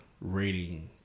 rating